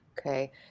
Okay